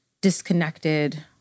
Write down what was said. disconnected